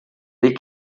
dei